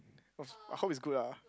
I hope it's good ah